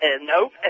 Nope